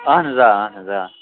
اَہَن حظ آ اَہَن حظ آ